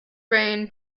reign